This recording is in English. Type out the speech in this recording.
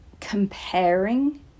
comparing